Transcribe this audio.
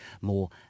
more